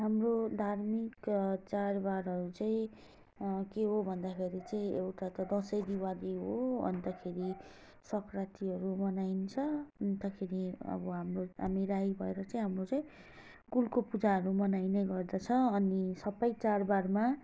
हाम्रो धार्मिक चाडबाडहरू चाहिँ के हो भन्दाखेरि चाहिँ एउटा त दसैँ दिवाली हो अन्तखेरि सङ्क्रान्तिहरू मनाइन्छ अन्तखेरि अब हाम्रो हामी राई भएर चाहिँ हाम्रो चाहिँ कुलको पूजाहरू मनाइने गर्दछ अनि सबै चाडबाडमा